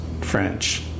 French